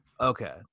Okay